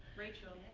rachel.